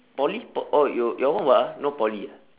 poly po~ oh your one what ah not poly ah